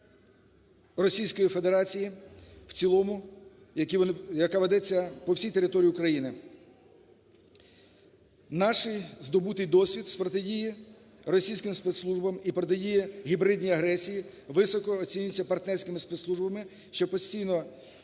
Російської Федерації в цілому, яка ведеться по всій території України. Наш здобутий досвід з протидії російським спецслужбам і протидії гібридній агресії високо оцінюється партнерськими спецслужбами, що постійно